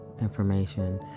information